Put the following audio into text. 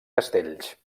castells